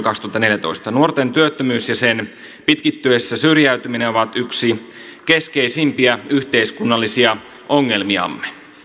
kaksituhattaneljätoista nuorten työttömyys ja sen pitkittyessä syrjäytyminen ovat yksi keskeisimpiä yhteiskunnallisia ongelmiamme